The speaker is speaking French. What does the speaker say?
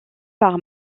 par